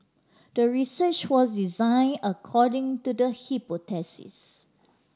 the research was designed according to the hypothesis